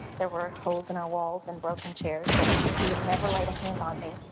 there were holes in our walls and broken chairs, but he had never laid a hand on me.